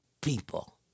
people